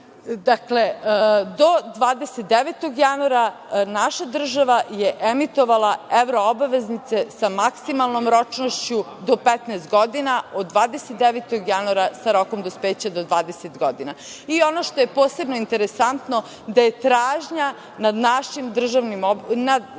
godina. Dakle, do 29. januara naša država je emitovala evroobveznice sa maksimalnom ročnošću do 15 godina od 29. januara sa rokom dospeća do 20 godina. Ono što je posebno interesantno, da je tražnja nadmašila ponudu. Da